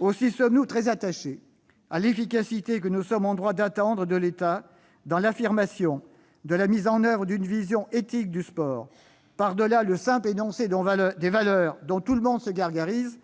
Aussi sommes-nous très attachés à l'efficacité que nous sommes en droit d'attendre de l'État dans l'affirmation de la mise en oeuvre d'une vision éthique du sport, par-delà le simple énoncé des valeurs dont tout le monde se gargarise